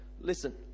listen